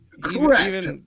Correct